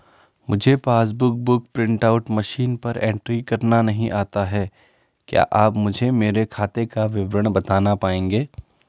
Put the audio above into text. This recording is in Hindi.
मुझे passbook book print out machine पर एंट्री करना नहीं आता है क्या आप मुझे मेरे खाते का विवरण बताना पाएंगे?